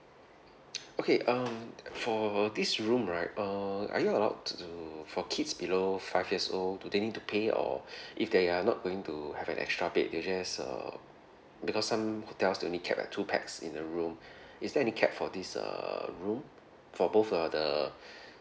okay um for this room right err are you allowed to do for kids below five years old do they need to pay or if they are not going to have an extra bed they will just um because some hotels they only cap at two pax in a room is there any cap for this err room for both uh the